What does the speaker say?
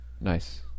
Nice